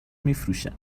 میفروشه